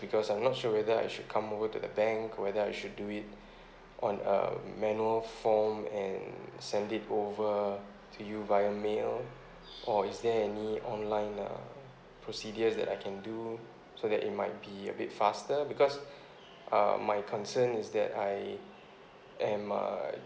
because I'm not sure whether I should come over to the bank whether I should do it on a manual form and send it over to you via mail or is there any online uh procedure that I can do so that it might be a bit faster because um my concern is that I am uh